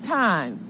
time